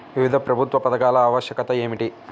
వివిధ ప్రభుత్వ పథకాల ఆవశ్యకత ఏమిటీ?